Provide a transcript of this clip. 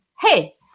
hey